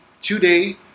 today